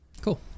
cool